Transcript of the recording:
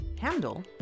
handle